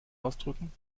ausdrücken